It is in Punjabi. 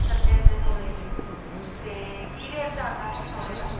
ਅੱਧੇ ਅੱਧੇ ਤੋਲੇ ਦੀ ਅਤੇ ਕੀ ਰੇਟ ਚੱਲਦਾ ਹੁਣ ਸੋਨੇ ਦਾ